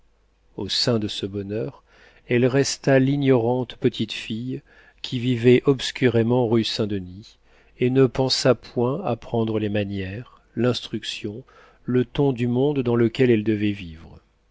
au sein de ce bonheur elle resta l'ignorante petite fille qui vivait obscurément rue saint-denis et ne pensa point à prendre les manières l'instruction le ton du monde dans lequel elle devait vivre